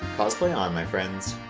cosplay on my friends!